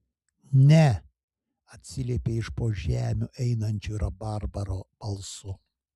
ne atsiliepė iš po žemių einančiu rabarbaro balsu